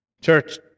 Church